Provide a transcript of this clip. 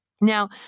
Now